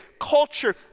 culture